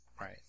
right